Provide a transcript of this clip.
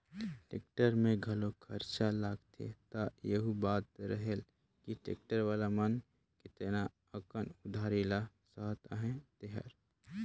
tractor में घलो खरचा लागथे त एहू बात रहेल कि टेक्टर वाला मन केतना अकन उधारी ल सहत अहें तेहर